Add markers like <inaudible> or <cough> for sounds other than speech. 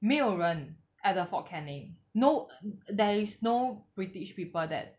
没有人 at the fort canning no <noise> there is no british people that